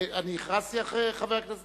חבר הכנסת